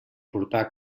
portar